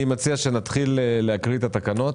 אני מציע שנתחיל להקריא את התקנות,